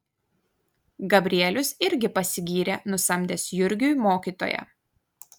gabrielius irgi pasigyrė nusamdęs jurgiui mokytoją